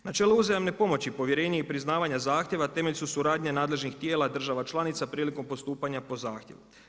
Načelo uzajamne pomoći, povjerenje i priznavanje zahtjeva temelj su suradnje nadležnih tijela država članica prilikom postupanja po zahtjevu.